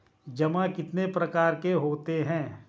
जमा कितने प्रकार के होते हैं?